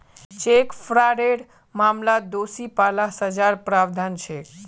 cheque फ्रॉडेर मामलात दोषी पा ल सजार प्रावधान छेक